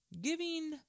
giving